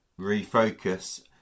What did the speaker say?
refocus